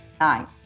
nine